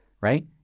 right